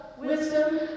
wisdom